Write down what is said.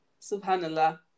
Subhanallah